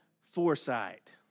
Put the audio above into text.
foresight